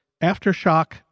Aftershock